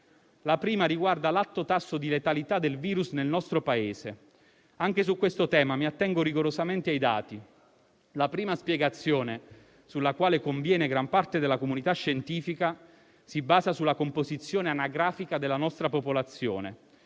La prima riguarda l'alto tasso di letalità del virus nel nostro Paese. Anche su questo tema mi attengo rigorosamente ai dati. La prima spiegazione, sulla quale conviene gran parte della comunità scientifica, si basa sulla composizione anagrafica della nostra popolazione.